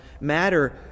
Matter